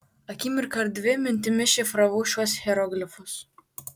akimirką ar dvi mintimis šifravau šiuos hieroglifus